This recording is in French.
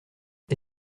est